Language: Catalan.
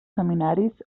seminaris